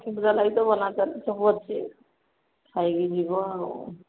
ସବୁ ଅଛି ଖାଇକି ଯିବ ଆଉ